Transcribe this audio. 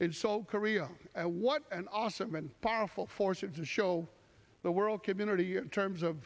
in seoul korea what an awesome and powerful force it to show the world community in terms of